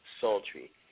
sultry